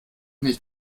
nicht